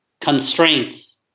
constraints